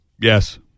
Yes